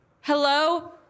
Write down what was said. Hello